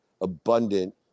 abundant